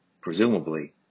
presumably